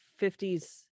50s